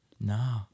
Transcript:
No